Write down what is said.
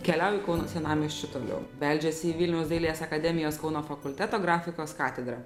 keliauju kauno senamiesčiu toliau beldžiuosi į vilniaus dailės akademijos kauno fakulteto grafikos katedrą